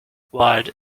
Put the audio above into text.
wide